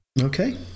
Okay